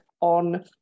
on